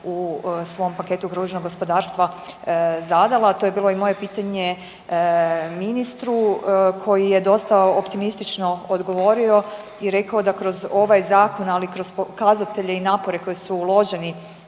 u svom paketu kružnog gospodarstva zadala, a to je bilo i moje pitanje ministru koji je dosta optimistično odgovorio i rekao da kroz ovaj zakon, ali i kroz pokazatelje i napore koji su uloženi